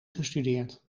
gestudeerd